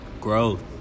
Growth